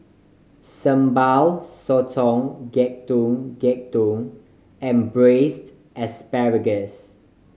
Sambal Sotong Getuk Getuk and Braised Asparagus